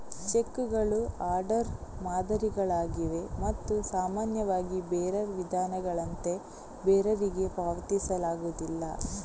ಚೆಕ್ಕುಗಳು ಆರ್ಡರ್ ಮಾದರಿಗಳಾಗಿವೆ ಮತ್ತು ಸಾಮಾನ್ಯವಾಗಿ ಬೇರರ್ ವಿಧಾನಗಳಂತೆ ಬೇರರಿಗೆ ಪಾವತಿಸಲಾಗುವುದಿಲ್ಲ